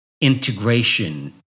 integration